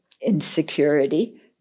insecurity